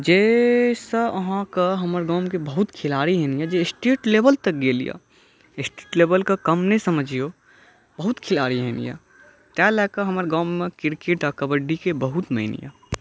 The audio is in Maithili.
जाहिसँ अहाँके हमर गामके बहुत खिलाड़ी स्टेट लेवल तक गेल अछि स्टेट लेवलके कम नहि समझियौ बहुत खिलाड़ी एहन अछि तैं लए कए हमर गाममे क्रकेट आ कबड्डीके बहुत मानि ये